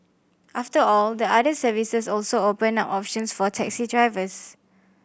after all the other services also open up options for taxi drivers